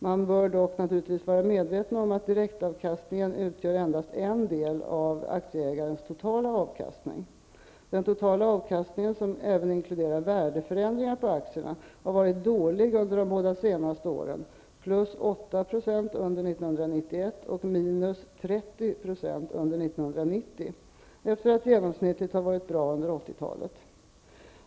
Man bör dock naturligtvis vara medveten om att direktavkastningen utgör endast en del av aktieägarens totala avkastning. Den totala avkastningen, som även inkluderar värdeförändringar på aktierna, har varit dålig under de båda senaste åren — +8 20 under 1991 och 30 20 under 1990 — efter att genomsnittligt ha varit bra under 1980-talet.